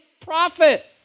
profit